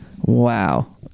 Wow